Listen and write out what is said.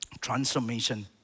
Transformation